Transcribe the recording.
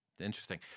Interesting